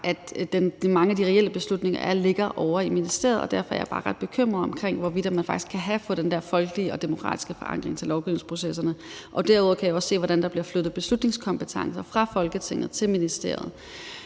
at mange af de reelle beslutninger ligger ovre i ministeriet, og derfor er jeg bare ret bekymret over, hvorvidt man faktisk kan have den der folkelige og demokratiske forankring i forhold til lovgivningsprocesserne. Derudover kan jeg også se, hvordan der bliver flyttet beslutningskompetencer fra Folketinget til ministeriet.